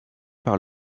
par